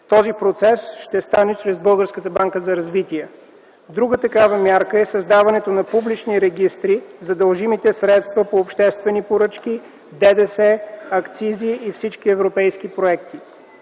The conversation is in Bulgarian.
Този процес ще стане чрез Българската банка за развитие. Друга такава мярка е създаването на публични регистри за дължимите средства по обществени поръчки, ДДС, акцизи и всички европейски проекти.